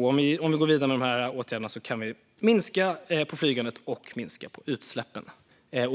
Om vi går vidare med dessa åtgärder kan vi minska flygandet och utsläppen. Jag